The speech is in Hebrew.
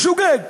בשוגג.